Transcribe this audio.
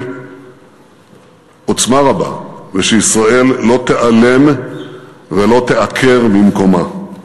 עוצמה רבה ושישראל לא תיעלם ולא תיעקר ממקומה.